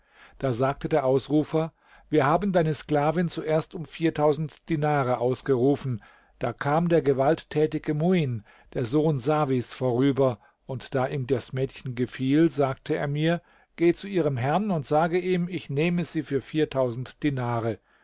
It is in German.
da sagte der ausrufer wir haben deine sklavin zuerst um dinare ausgerufen da kam der gewalttätige muin der sohn sawis vorüber und da ihm das mädchen gefiel sagte er mir geh zu ihrem herrn und sage ihm ich nehme sie für dinare